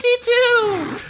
two